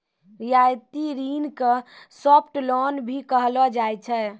रियायती ऋण के सॉफ्ट लोन भी कहलो जाय छै